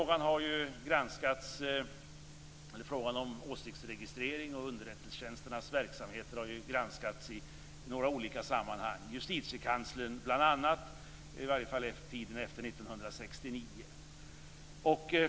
Frågan om åsiktsregistrering och underrättelsetjänsternas verksamheter har ju granskat i några olika sammanhang, bl.a. av Justitiekanslern, i alla fall när det gäller tiden efter 1969.